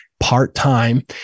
part-time